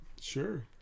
Sure